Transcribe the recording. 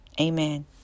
amen